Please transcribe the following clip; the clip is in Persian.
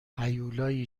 هیولایی